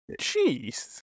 jeez